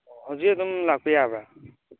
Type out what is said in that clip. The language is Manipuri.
ꯑꯣ ꯍꯧꯖꯤꯛ ꯑꯗꯨꯝ ꯂꯥꯛꯄ ꯌꯥꯕ꯭ꯔꯥ